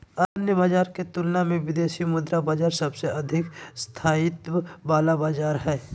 अन्य बाजार के तुलना मे विदेशी मुद्रा बाजार सबसे अधिक स्थायित्व वाला बाजार हय